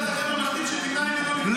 הדוח הזה לוועדה ממלכתית שתמנע ממנו לבדוק.